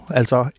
altså